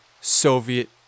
Soviet